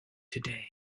today